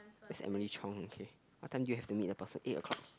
and is Malay chiong okay what time you have to meet the person eight o-clock